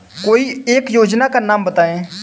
कोई एक योजना का नाम बताएँ?